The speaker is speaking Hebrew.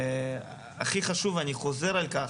הכי חשוב, ואני חוזר על-כך,